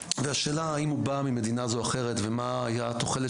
והשאלה אם הוא בא ממדינה זו או אחרת ומה היא התוחלת